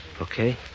Okay